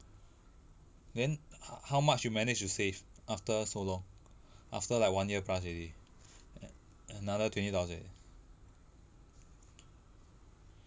then h~ how much you manage to save after so long after like one year plus already a~ another twenty thousand